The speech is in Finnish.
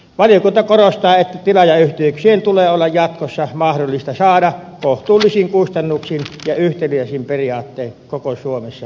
valiokunta korostaa että tilaajayhteys tulee olla jatkossa mahdollista saada kohtuullisin kustannuksin ja yhtäläisin periaattein koko suomessa